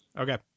Okay